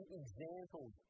examples